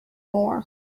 more